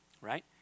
right